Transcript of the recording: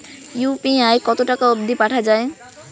UPI কতো টাকা অব্দি পাঠা যায়?